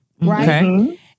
right